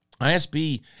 ISB